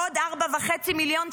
עוד 4.5 מיליון,